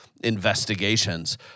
investigations